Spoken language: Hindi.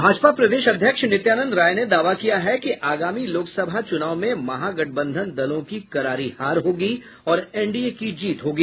भाजपा प्रदेश अध्यक्ष नित्यानंद राय ने दावा किया है कि आगामी लोकसभा चुनाव में महागठबंधन दलों की करारी हार होगी और एनडीए की जीत होगी